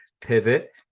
pivot